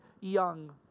young